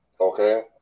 Okay